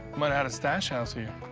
might've had a stash house here.